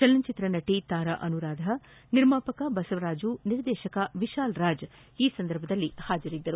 ಚಲನಚಿತ್ರ ನಟ ತಾರಾ ಅನುರಾಧ ನಿರ್ಮಾಪಕ ಬಸವರಾಜು ನಿರ್ದೇಶಕ ವಿಶಾಲ್ರಾಜ್ ಈ ಸಂದರ್ಭದಲ್ಲಿ ಹಾಜರಿದ್ದರು